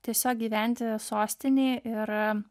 tiesiog gyventi sostinėj ir